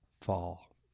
Fall